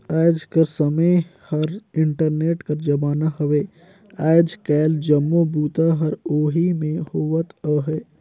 आएज कर समें हर इंटरनेट कर जमाना हवे आएज काएल जम्मो बूता हर ओही में होवत अहे